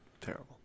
Terrible